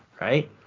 right